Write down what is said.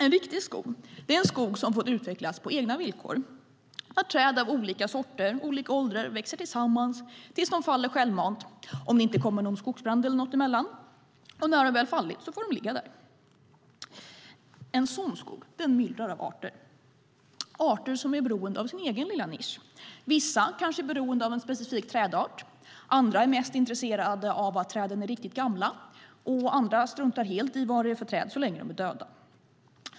En riktig skog är en skog som fått utvecklas på egna villkor där träd av olika sorter och olika åldrar växer tillsammans tills de faller självmant om det inte kommer en skogsbrand eller något emellan, och när de fallit får de ligga kvar. En sådan skog myllrar av arter som är beroende av sin egen lilla nisch. Vissa är kanske beroende av en specifik trädart, andra är mest intresserade av att träden är riktigt gamla och ytterligare andra struntar helt i vad det är för träd så länge de är döda.